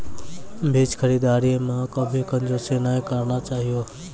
बीज खरीददारी मॅ कभी कंजूसी नाय करना चाहियो